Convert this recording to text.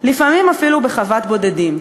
לפעמים אפילו בחוות בודדים.